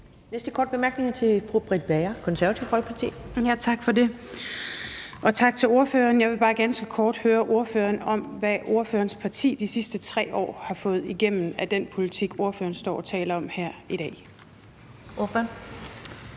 Næste korte bemærkning er til fru Britt Bager, Det Konservative Folkeparti. Kl. 10:58 Britt Bager (KF): Tak for det. Tak til ordføreren. Jeg vil bare ganske kort høre ordføreren om, hvad ordførerens parti de sidste 3 år har fået igennem af den politik, ordføreren står og taler om her i dag. Kl.